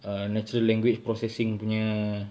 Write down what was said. err natural language processing punya